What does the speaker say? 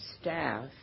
staff